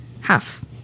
half